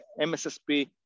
MSSP